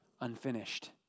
unfinished